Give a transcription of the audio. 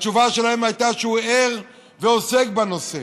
התשובה שלהם הייתה שהוא ער לנושא ועוסק בנושא,